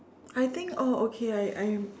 I think oh okay I I'm